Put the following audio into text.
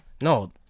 No